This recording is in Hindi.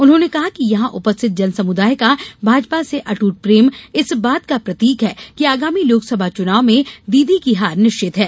उन्होंने कहा कि यहां उपस्थित जनसमुदाय का भाजपा से अटूट प्रेम इस बात का प्रतीक हैं कि आगामी लोकसभा चुनाव में दीदी की हार निश्चित है